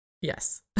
Yes